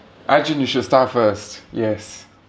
arjun you should start first yes